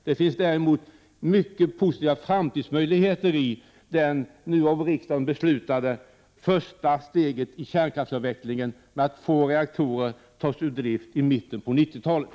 Det finns däremot mycket positiva framtidsmöjligheter i det nu av riksdagen tagna första steget i kärnkraftsavvecklingen genom att två reaktorer tas ur drift i mitten av 90-talet.